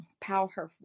powerful